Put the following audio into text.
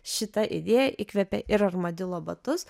šita idėja įkvėpė ir armadilo batus